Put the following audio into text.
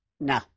no